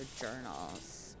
journals